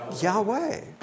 Yahweh